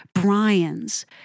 Brian's